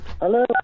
Hello